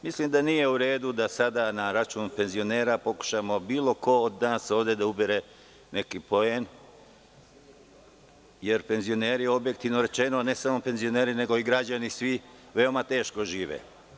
Mislim da nije u redu da sada na račun penzionera pokušamo bilo ko od nas ovde da ubere neki poen, jer penzioneri, objektivno rečeno, i ne samo penzioneri nego i svi građani veoma teško žive.